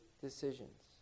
decisions